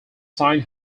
signed